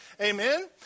Amen